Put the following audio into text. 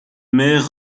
maires